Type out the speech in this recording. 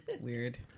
Weird